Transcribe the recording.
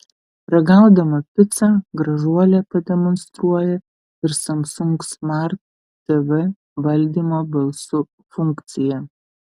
ragaudama picą gražuolė pademonstruoja ir samsung smart tv valdymo balsu funkciją